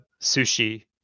sushi